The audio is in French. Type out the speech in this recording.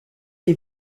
les